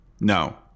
No